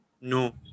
no